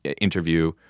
interview